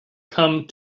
come